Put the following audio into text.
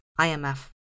IMF